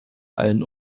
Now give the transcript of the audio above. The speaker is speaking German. allen